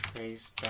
is